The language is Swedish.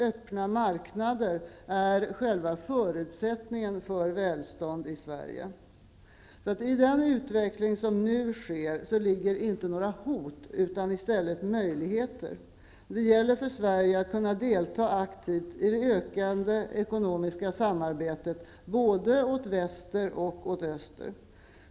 Öppna marknader är i själva verket förutsättningen för välstånd i Sverige. I den utveckling som nu sker ligger inte några hot utan i stället möjligheter. Det gäller för Sverige att kunna delta aktivt i det ökande ekonomiska samarbetet både åt väster och åt öster.